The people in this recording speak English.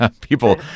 People